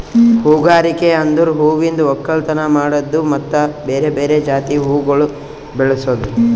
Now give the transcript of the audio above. ಹೂಗಾರಿಕೆ ಅಂದುರ್ ಹೂವಿಂದ್ ಒಕ್ಕಲತನ ಮಾಡದ್ದು ಮತ್ತ ಬೇರೆ ಬೇರೆ ಜಾತಿ ಹೂವುಗೊಳ್ ಬೆಳಸದ್